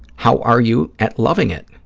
how are you at loving it?